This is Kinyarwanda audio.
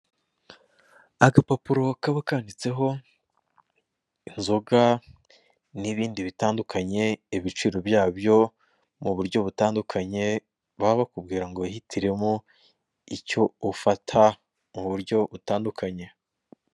Agapapuro kaba kandiditseho inzoga n'ibindi bitandukanye ibiciro byabyo mu buryo butandukanye baba bakubwira ngo wihitiremo icyo ufata mu buryo butandukanye.